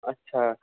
अच्छा